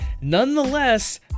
Nonetheless